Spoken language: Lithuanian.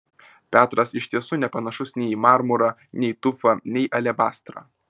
petras iš tiesų nepanašus nei į marmurą nei tufą nei alebastrą